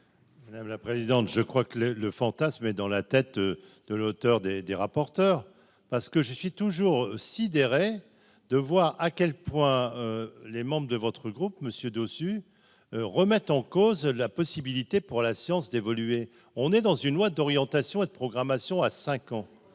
Madame la présidente, je crois que le le fantasme dans la tête de l'auteur des des rapporteurs, parce que je suis toujours sidéré de voir à quel point les membres de votre groupe Monsieur dessus, remettent en cause la possibilité pour la séance d'évoluer, on est dans une loi d'orientation et de programmation à 5 ans